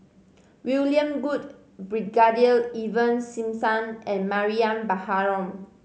William Goode Brigadier Ivan Simson and Mariam Baharom